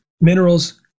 minerals